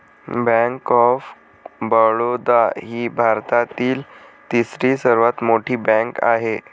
bank of Baroda ही भारतातील तिसरी सर्वात मोठी बँक आहे